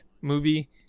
movie